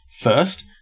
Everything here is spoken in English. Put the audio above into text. First